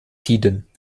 tiden